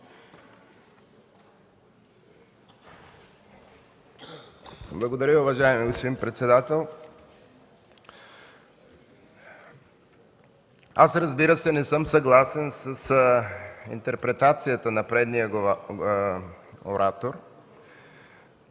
Благодаря, уважаеми господин председател. Разбира се, аз не съм съгласен с интерпретацията на предния оратор.